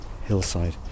hillside